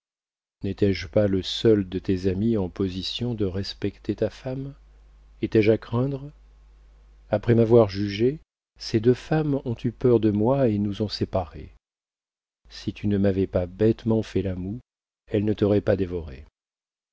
n'étais-je pas le seul de tes amis en position de respecter ta femme étais-je à craindre après m'avoir jugé ces deux femmes ont eu peur de moi et nous ont séparés si tu ne m'avais pas bêtement fait la moue elles ne t'auraient pas dévoré